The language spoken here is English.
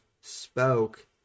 spoke